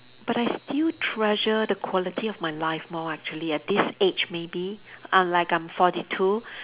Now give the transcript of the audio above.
but I still treasure the quality of my life more actually at this age maybe I'm like I'm forty two